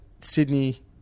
Sydney